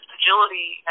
agility